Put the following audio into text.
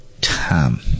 time